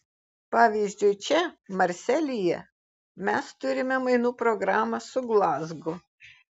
pavyzdžiui čia marselyje mes turime mainų programą su glazgu